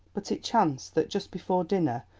but it chanced that, just before dinner,